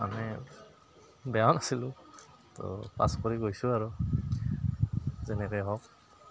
মানে বেয়াও নাছিলোঁ তো পাছ কৰি গৈছোঁ আৰু যেনেকেই হওক